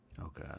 Okay